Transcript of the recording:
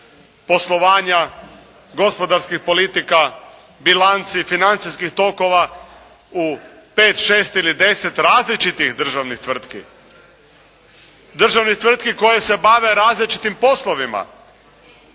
poslovanja gospodarskih politika, bilanci, financijskih tokova u pet, šest ili deset različitih državnih tvrtki, državnih tvrtki koje se bave različitim poslovima,